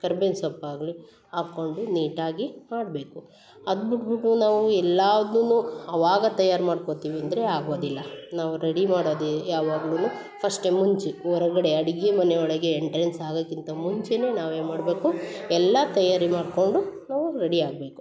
ಕರ್ಬೇವ್ನ ಸೊಪ್ಪು ಆಗಲಿ ಹಾಕ್ಕೊಂಡು ನೀಟಾಗಿ ಮಾಡಬೇಕು ಅದು ಬಿಟ್ಬುಟ್ಟು ನಾವು ಎಲ್ಲಾವುದನ್ನು ಅವಾಗ ತಯಾರು ಮಾಡ್ಕೊತೀವಿ ಅಂದರೆ ಆಗೋದಿಲ್ಲ ನಾವು ರೆಡಿ ಮಾಡೋದೇ ಯಾವಾಗಲೂ ಫಸ್ಟೆ ಮುಂಚೆ ಹೊರಗಡೆ ಅಡಿಗೆ ಮನೆ ಒಳಗೆ ಎಂಟ್ರೆನ್ಸ್ ಆಗಕ್ಕಿಂತ ಮುಂಚೆಯೇ ನಾವೇ ಮಾಡಬೇಕು ಎಲ್ಲ ತಯಾರಿ ಮಾಡ್ಕೊಂಡು ನಾವು ರೆಡಿ ಆಗಬೇಕು